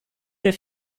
der